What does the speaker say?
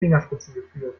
fingerspitzengefühl